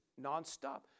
nonstop